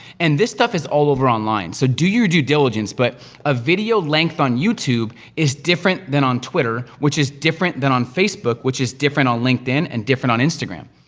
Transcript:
and this stuff is all over online. so, do your due diligence, but a video length on youtube is different than on twitter, which is different than on facebook, which is different on linkedin, and different on instagram.